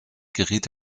geriet